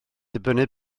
dibynnu